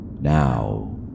Now